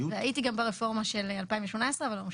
והייתי גם ברפורמה של 2018, אבל לא משנה.